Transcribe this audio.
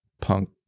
punk